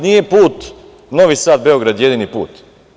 Nije put Novi Sad – Beograd jedini put.